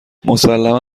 مسلما